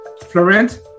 Florent